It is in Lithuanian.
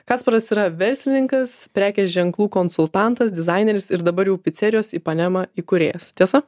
kasparas yra verslininkas prekės ženklų konsultantas dizaineris ir dabar jau picerijos ipanema įkūrėjas tiesa